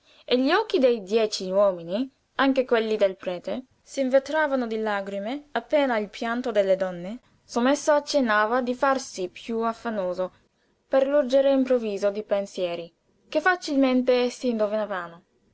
e gli occhi dei dieci uomini anche quelli del prete s'invetravano di lagrime appena il pianto delle donne sommesso accennava di farsi piú affannoso per l'úrgere improvviso di pensieri che facilmente essi indovinavano